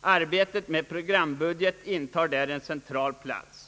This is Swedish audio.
Arbetet med att göra en programbudget upptar där en central plats.